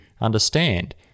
understand